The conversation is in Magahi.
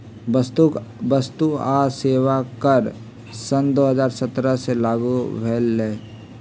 वस्तु आ सेवा कर सन दू हज़ार सत्रह से लागू भेलई